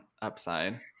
Upside